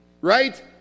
Right